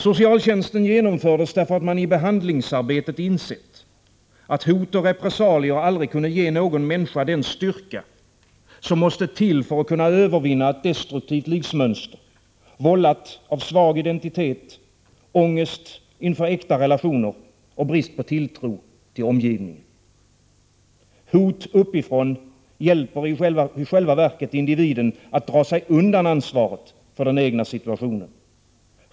Socialtjänsten genomfördes därför att man i behandlingsarbetet insett att hot och repressalier aldrig kunde ge någon den styrka som måste till för att övervinna ett destruktivt livsmönster, vållat av svag identitet, ångest inför äkta relationer och brist på tilltro till omgivningen. Hot uppifrån hjälper i själva verket individen att dra sig undan ansvaret för den egna situationen.